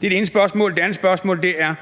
Det er det ene spørgsmål. Det andet spørgsmål er: